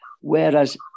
whereas